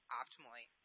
optimally